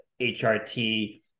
HRT